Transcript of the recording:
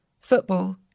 Football